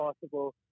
possible